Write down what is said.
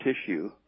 tissue